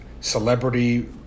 celebrity